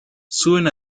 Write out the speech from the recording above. suben